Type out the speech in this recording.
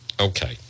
Okay